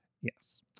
Yes